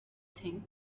think